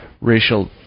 racial